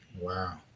Wow